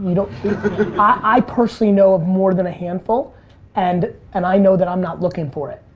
you know i personally know of more than a handful and and i know that i'm not looking for it.